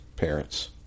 parents